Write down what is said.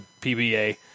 PBA